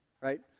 right